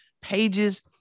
pages